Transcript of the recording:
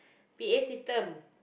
P_A system